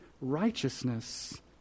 righteousness